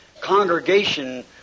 congregation